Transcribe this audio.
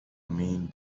mean